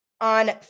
on